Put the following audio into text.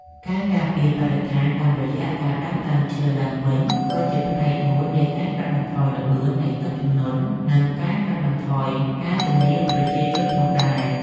ការការពារបរិស្ថានតាមរយៈការដាំដើមឈើឡើងវិញក៏ជាផ្នែកមួយនៃការកាត់បន្ថយល្បឿននៃទឹកជំនន់ និងការកាត់បន្ថយការជម្លៀសប្រជាជនផងដែរ។